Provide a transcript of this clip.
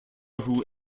who